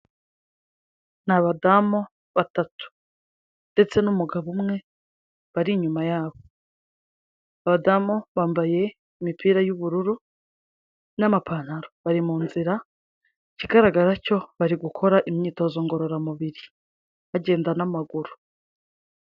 Ni abadamu batatu ndetse n'umugabo umwe bari inyuma yabo, abadamu bambaye imipira y'ubururu n'amapantaro, bari mu nzira, ikigaragara cyo bari gukora imyitozo ngororamubiri, bagenda n'amaguru.